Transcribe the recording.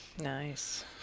Nice